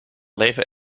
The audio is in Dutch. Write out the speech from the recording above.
leven